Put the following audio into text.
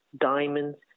diamonds